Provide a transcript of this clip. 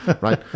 Right